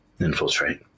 infiltrate